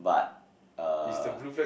but uh